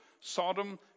Sodom